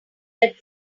that